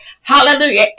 Hallelujah